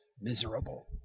miserable